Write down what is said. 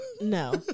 No